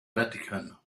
vatican